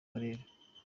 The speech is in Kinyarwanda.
karere